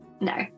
No